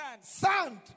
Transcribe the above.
sand